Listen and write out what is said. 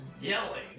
yelling